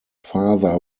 father